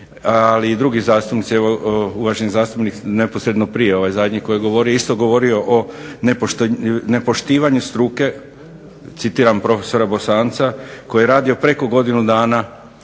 Ali i drugi zastupnici. Evo uvaženi zastupnik neposredno prije ovaj zadnji koji je govorio isto govorio o nepoštivanju struke, citiram profesora Bosanca koji je radio preko godinu dana,